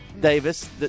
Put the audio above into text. Davis